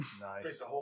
Nice